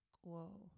whoa